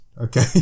Okay